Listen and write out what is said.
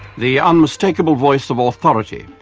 the unmistakable voice of ah authority,